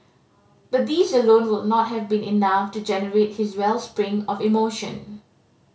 but these alone would not have been enough to generate his wellspring of emotion